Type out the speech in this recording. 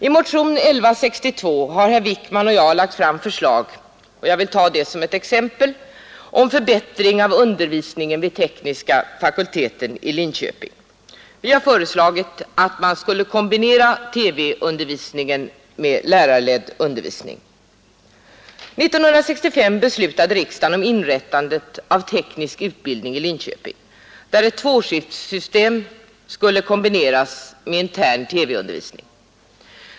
I motionen 1162 har herr Wijkman och jag lagt fram förslag — och jag vill ta det som ett exempel — om förbättring av undervisningen vid tekniska fakulteten i Linköping. Vi har föreslagit att man skulle kombinera TV-undervisningen med lärarledd undervisning. År 1965 beslutade riksdagen om inrättandet av teknisk utbildning i Linköping, där ett tvåskiftssystem skulle kombineras med intern TV-undervisning.